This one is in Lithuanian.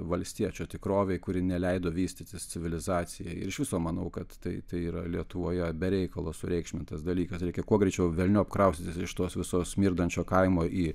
valstiečio tikrovei kuri neleido vystytis civilizacijai ir iš viso manau kad tai tai yra lietuvoje be reikalo sureikšmintas dalykas reikia kuo greičiau velniop kraustytis iš tos visos smirdančio kaimo į